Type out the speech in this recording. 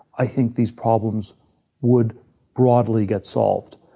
i think these problems would broadly get solved.